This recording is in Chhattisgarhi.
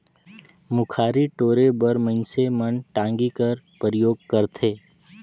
मुखारी टोरे बर मइनसे मन टागी कर परियोग करथे